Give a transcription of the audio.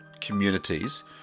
communities